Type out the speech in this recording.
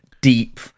deep